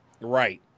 right